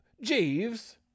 Jeeves